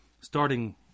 starting